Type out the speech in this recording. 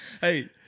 Hey